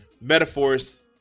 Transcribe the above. metaphors